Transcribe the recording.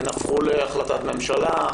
הן הפכו להחלטת ממשלה?